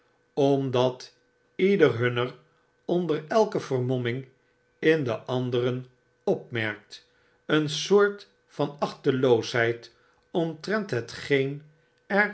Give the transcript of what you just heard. omdat ieder hunner onder elke vermomming in den anderen opmerkt een soort van achteloosheid omtrent hetgeen er